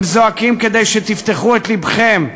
הם זועקים כדי שתפתחו את לבכם.